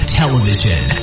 television